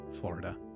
Florida